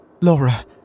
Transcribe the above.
Laura